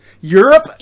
Europe